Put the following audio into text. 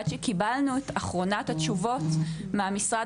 עד שקיבלנו את אחרונת התשובות מהמשרד